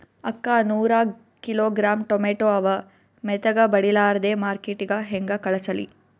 ಅಕ್ಕಾ ನೂರ kilogram tomato ಅವ, ಮೆತ್ತಗಬಡಿಲಾರ್ದೆ ಮಾರ್ಕಿಟಗೆ ಹೆಂಗ ಕಳಸಲಿ?